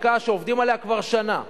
חקיקה שעובדים עליה כבר שנה.